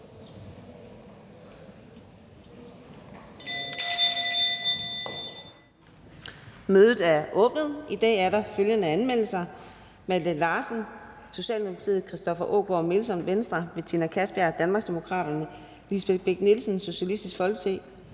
Mødet er åbnet. I dag er der følgende anmeldelser: